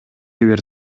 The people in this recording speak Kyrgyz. бир